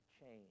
change